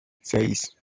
seis